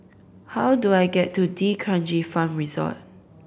how do I get to D'Kranji Farm Resort